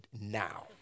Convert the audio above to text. now